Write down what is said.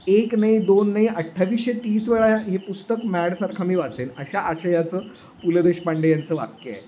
एक नाही दोन नाही अठ्ठावीसशे तीस वेळा हे पुस्तक मॅडसारखा मी वाचेल अशा आशयाचं पु ल देशपांडे यांचं वाक्य आहे